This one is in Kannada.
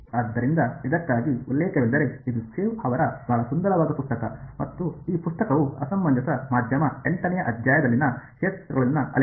ಆದ್ದರಿಂದ ಇದಕ್ಕಾಗಿ ಉಲ್ಲೇಖವೆಂದರೆ ಇದು ಚೆವ್ ಅವರ ಬಹಳ ಸುಂದರವಾದ ಪುಸ್ತಕ ಮತ್ತು ಈ ಪುಸ್ತಕವು ಅಸಮಂಜಸ ಮಾಧ್ಯಮ 8 ನೇ ಅಧ್ಯಾಯದಲ್ಲಿನ ಕ್ಷೇತ್ರಗಳಲ್ಲಿನ ಅಲೆಗಳು